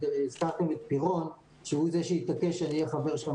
והזכרתם את השר פירון שב-2014 שהתעקש שאני אהיה שם